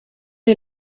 est